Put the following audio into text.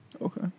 Okay